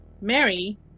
Mary